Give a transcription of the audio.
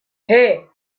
hey